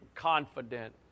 confident